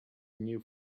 new